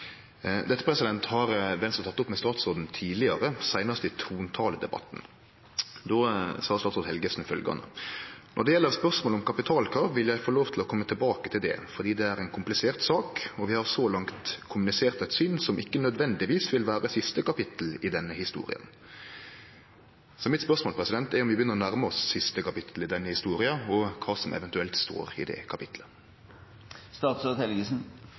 Dette har Venstre teke opp med statsråden tidlegare, seinast i trontaledebatten. Då sa statsråd Helgesen følgjande: «Når det gjelder spørsmålet om kapitalkrav, vil jeg få lov til å komme tilbake til det, fordi det er en komplisert sak, og vi har så langt kommunisert et syn som ikke nødvendigvis vil være siste kapittel i denne historien.» Mitt spørsmål er om vi begynner å nærme oss siste kapittel i denne historia, og kva som eventuelt står i det